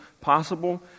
possible